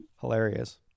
Hilarious